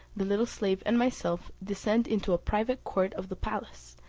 the little slave, and myself, descend into a private court of the palace,